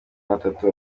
batatu